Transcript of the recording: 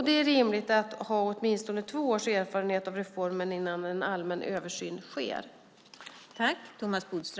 Det är rimligt att ha åtminstone två års erfarenhet av reformen innan en allmän översyn sker.